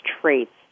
traits